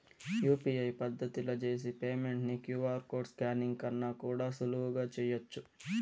UPI పద్దతిల చేసి payment ని క్యూ.ఆర్ కోడ్ స్కానింగ్ కన్నా కూడా సులువుగా చేయచ్చు